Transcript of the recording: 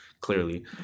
clearly